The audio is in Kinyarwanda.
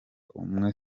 umunye